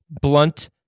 blunt